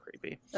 creepy